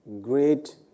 great